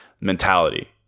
mentality